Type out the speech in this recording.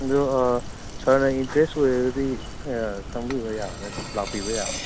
ꯑꯗꯨ ꯁꯥꯔꯅ ꯏꯟꯇ꯭ꯔꯦꯁ ꯑꯣꯏꯔꯒꯗꯤ ꯆꯪꯕꯤꯕ ꯌꯥꯅꯤ ꯑꯗꯨꯝ ꯂꯥꯛꯄꯤꯕ ꯌꯥꯅꯤ